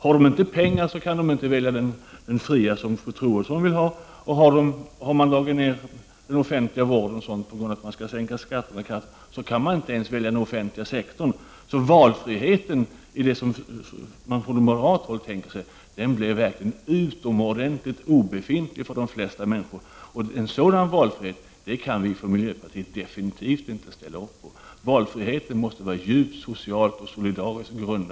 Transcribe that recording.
Om de inte har pengar kan de inte välja den fria sektorn, som fru Troedsson förespråkar, och har man dragit in på den offentliga vården på grund av att man skall sänka skatterna, så kan dessa människor inte ens välja den offentliga sektorn. Den valfrihet som moderaterna tänker sig blir verkligen alldeles obefintlig för de flesta människor. En sådan valfrihet kan vi från miljöpartiet definitivt inte ställa upp på. Valfriheten måste ha en stark social och solidarisk grund.